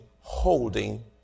holding